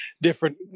different